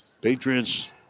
Patriots